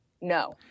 No